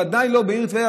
ובוודאי לא בעיר טבריה,